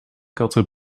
katten